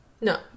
No